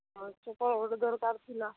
ଦରକାର ଥିଲା